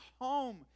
home